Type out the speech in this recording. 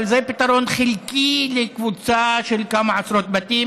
אבל זה פתרון חלקי לקבוצה של כמה עשרות בתים.